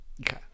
Okay